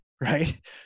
right